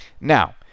now